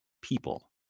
people